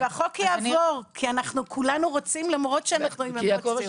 והחוק יעבור כי אנחנו כולנו רוצים למרות שאנחנו עם אמוציות.